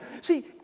See